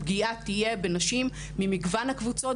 הפגיעה תהיה בנשים ממגוון הקבוצות,